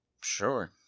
Sure